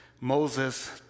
Moses